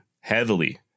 heavily